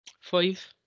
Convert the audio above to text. Five